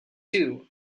too